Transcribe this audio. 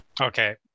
Okay